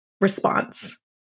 response